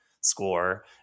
score